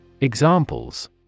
Examples